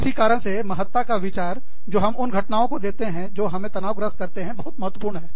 इसी कारण से महत्ता का विचार जो हम उन घटनाओं को देते हैं जो हमें तनाव ग्रस्त करते हैं बहुत महत्वपूर्ण है